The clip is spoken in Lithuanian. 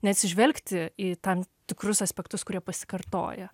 neatsižvelgti į tam tikrus aspektus kurie pasikartoja